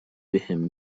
بهم